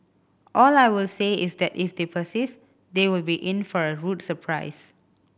all I will say is that if they persist they will be in for a rude surprise